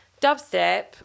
Dubstep